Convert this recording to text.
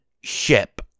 Ship